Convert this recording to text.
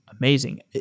Amazing